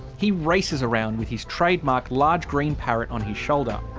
he races around with his trademark large green parrot on his shoulder.